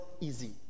easy